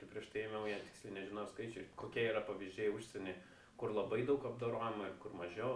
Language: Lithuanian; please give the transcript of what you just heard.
kai prieš tai ėmiau jie tiksliai nežinojo skaičių kokie yra pavyzdžiai užsieny kur labai daug apdorojama ir kur mažiau